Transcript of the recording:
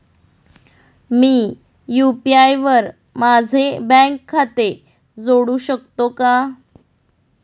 मी UPI वर माझे bank खाते जोडू शकतो का?